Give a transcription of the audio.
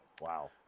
Wow